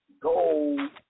gold